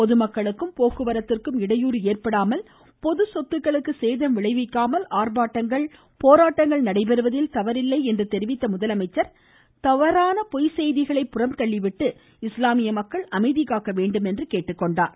பொதுமக்களுக்கும் போக்குவரத்திற்கும் இடையூறு ஏற்படாமல் பொது சொத்துக்களுக்கு சேதம் விளைவிக்காமல் ஆர்ப்பாட்டங்கள் போராட்டங்கள் நடைபெறுவதில் தவறில்லை என தெரிவித்த முதலமைசச்ர் தவறான பொய் செய்திகளை புறம் தள்ளிவிட்டு இஸ்லாமிய மக்கள் அமைதி காக்க வேண்டும் என்றும் அவர் கேட்டுக்கொண்டார்